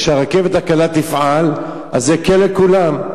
כשהרכבת הקלה תפעל, זה יקל על כולם.